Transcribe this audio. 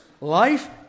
life